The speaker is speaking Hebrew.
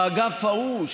באגף ההוא,